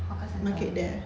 hawker centre